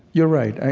you're right.